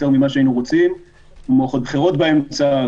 ממה שהיינו רוצים עם בחירות באמצע,